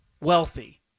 wealthy